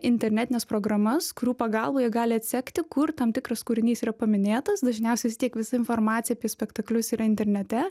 internetines programas kurių pagalba jie gali atsekti kur tam tikras kūrinys yra paminėtas dažniausiai vis tiek visa informacija apie spektaklius yra internete